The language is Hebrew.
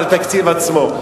על התקציב עצמו,